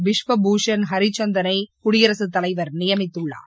பிஷ்வ பூஷண் ஹரிசந்தனை குடியரசுத் தலைவர் நியமித்துள்ளார்